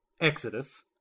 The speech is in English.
Exodus